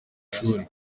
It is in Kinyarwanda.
shuri